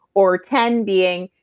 or ten being,